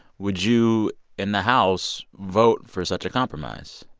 would you in the house vote for such a compromise?